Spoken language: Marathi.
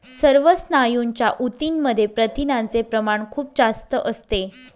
सर्व स्नायूंच्या ऊतींमध्ये प्रथिनांचे प्रमाण खूप जास्त असते